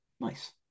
nice